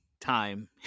time